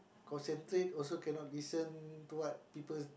concentrate also cannot listen to what people